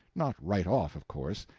not right off, of course,